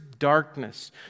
Darkness